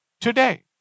today